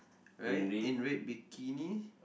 right in red bikini